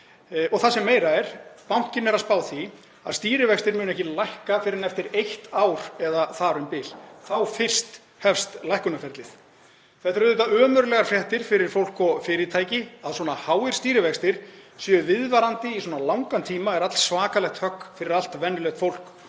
Og það sem meira er, bankinn er að spá því að stýrivextir muni ekki lækka fyrr en eftir eitt ár eða þar um bil. Þá fyrst hefst lækkunarferlið. Þetta eru ömurlegar fréttir fyrir fólk og fyrirtæki. Að svona háir stýrivextir séu viðvarandi í svona langan tíma er all svakalegt högg fyrir allt venjulegt fólk